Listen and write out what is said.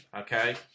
okay